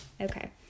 Okay